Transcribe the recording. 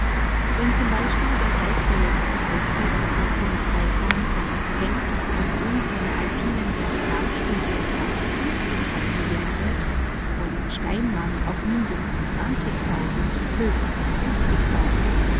wenn z b der seit der letzten eiszeit verflossene zeitraum von penck auf grund seiner alpinen glazialstudien auf fünfzig jahre von steinmann auf mindestens höchstens